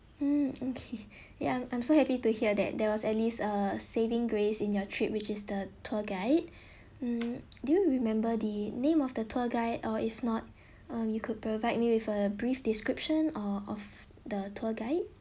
mm okay ya I'm I'm so happy to hear that there was at least uh saving grace in your trip which is the tour guide mm do you remember the name of the tour guide or if not you um could provide me with a brief description uh of the tour guide